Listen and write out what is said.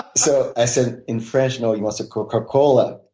so i said, in french, no he wants a coca cola.